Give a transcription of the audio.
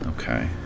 Okay